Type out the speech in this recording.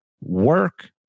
work